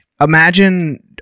Imagine